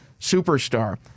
superstar